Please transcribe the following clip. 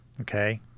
Okay